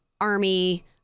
army